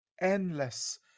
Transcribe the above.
endless